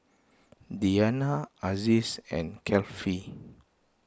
Diyana Aziz and Kefli